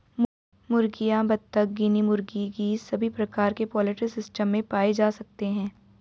मुर्गियां, बत्तख, गिनी मुर्गी, गीज़ सभी प्रकार के पोल्ट्री सिस्टम में पाए जा सकते है